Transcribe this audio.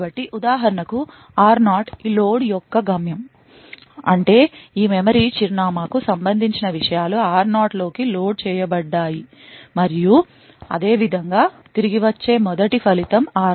కాబట్టి ఉదాహరణకు r0 ఈ లోడ్ యొక్క గమ్యం అంటే ఈ మెమరీ చిరునామాకు సంబంధించిన విషయాలు r0 లోకి లోడ్ చేయబడ్డాయి మరియు అదేవిధంగా తిరిగి వచ్చే మొదటి ఫలితం r0